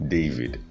David